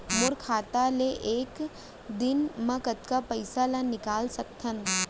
मोर खाता ले एक दिन म कतका पइसा ल निकल सकथन?